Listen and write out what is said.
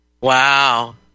Wow